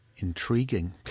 intriguing